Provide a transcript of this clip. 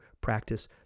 practice